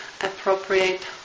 appropriate